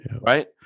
right